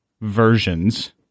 versions